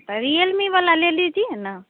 तो रियलमी वाला ले लीजिए न